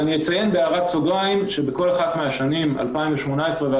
אני אציין בהערת סוגריים שבכל אחת מהשנים 2018-2019